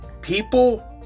People